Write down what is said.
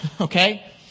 Okay